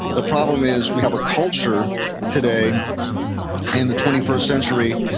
the problem is, we have a culture today in the twenty first century,